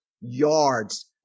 yards